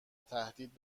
تهدید